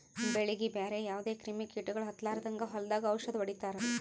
ಬೆಳೀಗಿ ಬ್ಯಾರೆ ಯಾವದೇ ಕ್ರಿಮಿ ಕೀಟಗೊಳ್ ಹತ್ತಲಾರದಂಗ್ ಹೊಲದಾಗ್ ಔಷದ್ ಹೊಡಿತಾರ